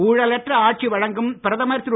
ஊழலற்ற ஆட்சி வழங்கும் பிரதமர் திரு